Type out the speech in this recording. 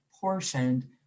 portioned